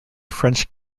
french